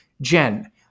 Jen